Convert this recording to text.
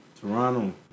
Toronto